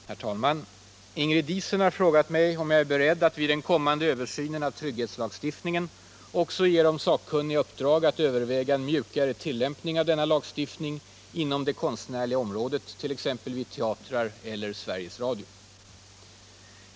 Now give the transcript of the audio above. Herr talman! Ingrid Diesen har frågat mig om jag är beredd att vid den kommande översynen av trygghetslagstiftningen också ge de sakkunniga i uppdrag att överväga en mjukare tillämpning av denna lagstiftning inom det konstnärliga området, t.ex. vid teatrar eller Sveriges Radio.